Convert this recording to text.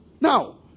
Now